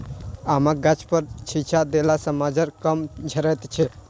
आमक गाछपर छिच्चा देला सॅ मज्जर कम झरैत छै